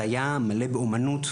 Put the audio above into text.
שהיה מלא באומנות,